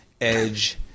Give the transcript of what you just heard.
Edge